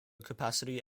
capacity